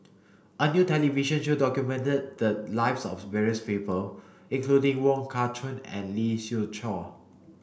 a new television show documented the lives of various people including Wong Kah Chun and Lee Siew Choh